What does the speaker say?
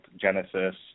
Genesis